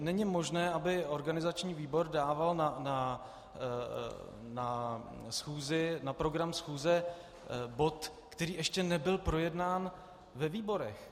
Není možné, aby organizační výbor dával na program schůze bod, který ještě nebyl projednán ve výborech.